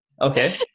okay